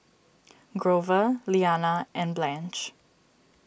Grover Liana and Blanche